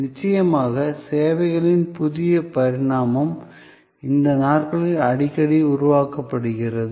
நிச்சயமாக சேவைகளின் புதிய பரிமாணம் இந்த நாட்களில் அடிக்கடி உருவாக்கப்படுகிறது